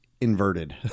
inverted